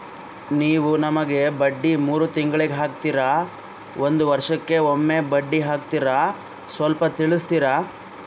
ನೀವು ನಮಗೆ ಬಡ್ಡಿ ಮೂರು ತಿಂಗಳಿಗೆ ಹಾಕ್ತಿರಾ, ಒಂದ್ ವರ್ಷಕ್ಕೆ ಒಮ್ಮೆ ಬಡ್ಡಿ ಹಾಕ್ತಿರಾ ಸ್ವಲ್ಪ ತಿಳಿಸ್ತೀರ?